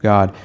God